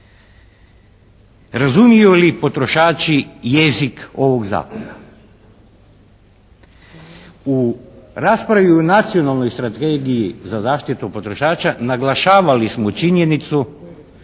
Razumiju li potrošači jezik ovog Zakona? U raspravi o Nacionalnoj strategiji za zaštitu potrošača naglašavali smo činjenicu